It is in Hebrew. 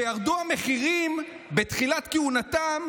כשירדו המחירים בתחילת כהונתם,